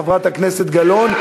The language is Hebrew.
חברת הכנסת גלאון.